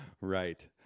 right